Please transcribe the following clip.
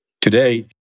Today